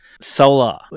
Solar